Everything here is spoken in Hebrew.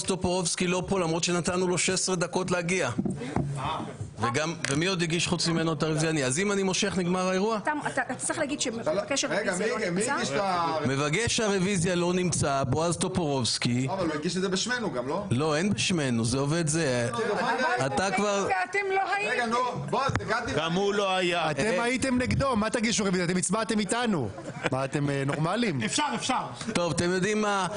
16:52.